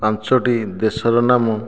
ପାଞ୍ଚୋଟି ଦେଶର ନାମ